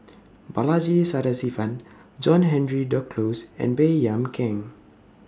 Balaji Sadasivan John Henry Duclos and Baey Yam Keng